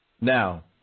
Now